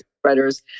spreaders